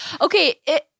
Okay